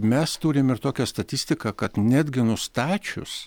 mes turim ir tokią statistiką kad netgi nustačius